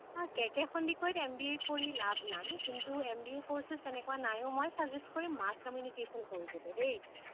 অঁ K K সন্দিকৈত M B A কৰি লাভ নাই কিন্তু এম বি এ ক'ৰ্চেচ তেনেকুৱা নাইও মই ছাজেষ্ট কৰিম মাচ কমিনিউকেশ্বন পঢ়িবলৈ দেই